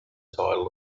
title